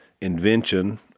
invention